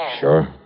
Sure